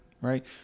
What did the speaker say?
Right